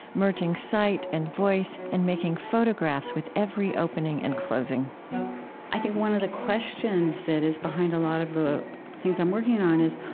merging sight and voice and making photographs with every opening and closing i think one of the questions that is behind a lot of the things i'm working on is,